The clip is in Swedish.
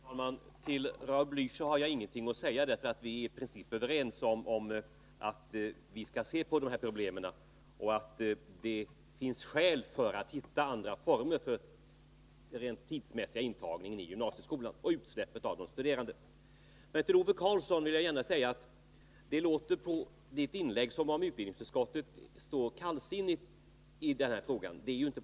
Herr talman! Till Raul Blächer har jag ingenting att säga — vi är i princip överens om att vi skall se på problemen och att det finns skäl att försöka hitta andra former för den rent tidsmässiga intagningen i gymnasieskolan och utsläppet av de studerande. Nr 28 Det låter på Ove Karlssons inlägg som om utbildningsutskottet står Onsdagen den kallsinnigt i denna fråga. Så är det inte.